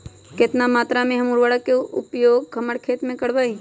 कितना मात्रा में हम उर्वरक के उपयोग हमर खेत में करबई?